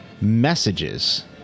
messages